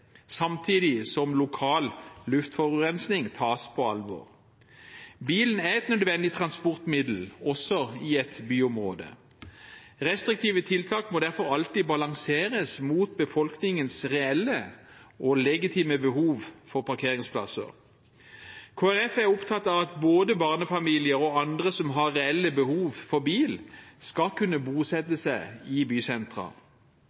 samtidig som lokal luftforurensning tas på alvor. Bilen er et nødvendig transportmiddel, også i et byområde. Restriktive tiltak må derfor alltid balanseres mot befolkningens reelle og legitime behov for parkeringsplasser. Kristelig Folkeparti er opptatt av at både barnefamilier og andre som har et reelt behov for bil, skal kunne